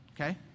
Okay